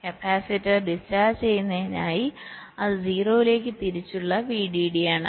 capacitor discharge ചെയ്യുന്നതിനായി അത് 0 ലേക്ക് തിരിച്ചുള്ള VDD ആണ്